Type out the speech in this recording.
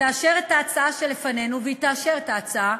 תאשר את ההצעה שלפנינו, והיא תאשר את ההצעה,